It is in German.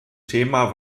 thema